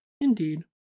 Indeed